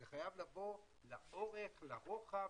זה חייב לבוא לאורך לרוחב,